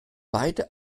beide